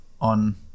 on